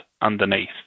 underneath